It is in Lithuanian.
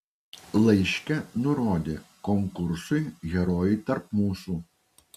laiške nurodė konkursui herojai tarp mūsų